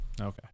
Okay